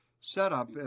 setup